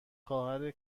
خواهر